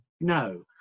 no